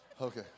Okay